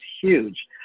huge